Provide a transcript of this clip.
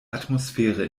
atmosphäre